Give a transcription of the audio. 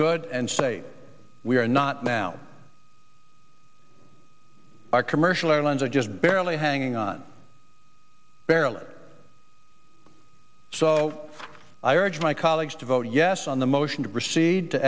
good and say we are not now our commercial airlines are just barely hanging on barely so i urge my colleagues to vote yes on the motion to proceed to